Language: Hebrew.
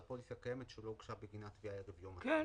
פוליסה קיימת שלא הוגשה בגינה תביעה ערב יום התחילה".